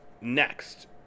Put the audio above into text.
next